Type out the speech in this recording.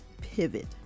pivot